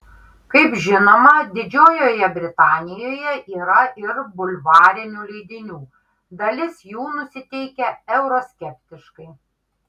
kaip žinoma didžiojoje britanijoje yra ir bulvarinių leidinių dalis jų nusiteikę euroskeptiškai